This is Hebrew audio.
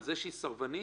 על זה שהיא סרבנית?